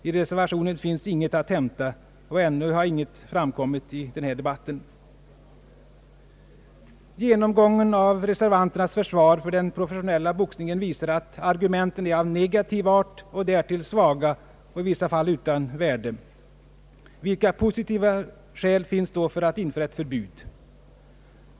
I reservationen finns inget att hämta, och ännu har inget framkommit i denna debatt. Genomgången av reservanternas försvar för den professionella boxningen visar att argumenten är av negativ art och därtill svaga och i vissa fall helt utan värde. Vilka positiva skäl finns då för att införa ett förbud?